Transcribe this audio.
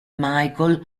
michael